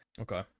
okay